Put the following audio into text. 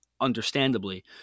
understandably